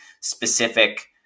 specific